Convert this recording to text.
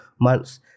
months